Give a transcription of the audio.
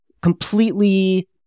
completely